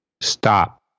stop